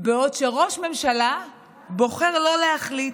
בעוד שראש הממשלה בוחר לא להחליט,